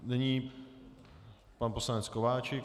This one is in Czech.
Nyní pan poslanec Kováčik.